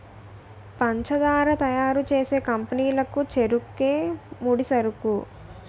పంచదార తయారు చేసే కంపెనీ లకు చెరుకే ముడిసరుకు